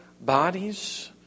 bodies